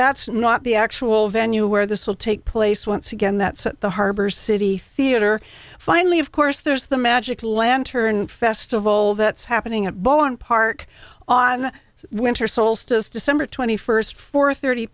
that's not the actual venue where this will take place once again that's at the harbor city theater finally of course there's the magic lantern festival that's happening at bowen park on the winter solstice december twenty first four thirty